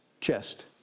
chest